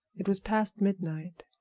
it was past midnight.